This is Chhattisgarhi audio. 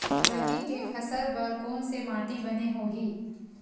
रबी के फसल बर कोन से माटी बने होही?